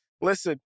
Listen